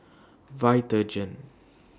Vitagen